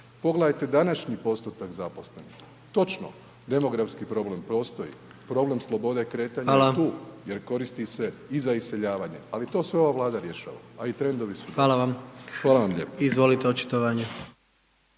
Pogledajte današnji postotak zaposlenih. Točno, demografski problem postoji, problem slobode kretanja je tu jer koristi se i za iseljavanje. Ali to sve ova Vlada rješava a i trendovi .../Govornik se ne razumije./... **Jandroković,